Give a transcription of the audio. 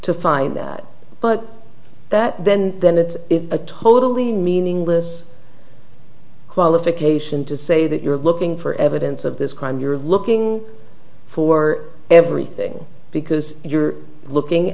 to find that but that then then it's a totally meaningless qualification to say that you're looking for evidence of this crime you're looking for everything because you're looking